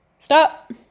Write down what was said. stop